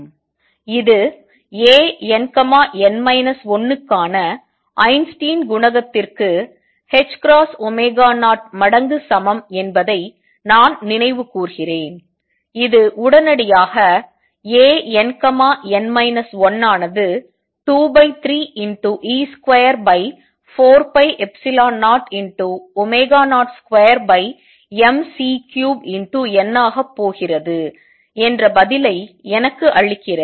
இது Ann 1 க்கான Einstein குணகத்திற்கு 0 மடங்கு சமம் என்பதை நான் நினைவுகூர்கிறேன் இது உடனடியாக Ann 1 ஆனது 23e24π002mc3n ஆகபோகிறது என்ற பதிலை எனக்கு அளிக்கிறது